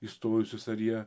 įstojusius ar jie